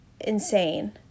insane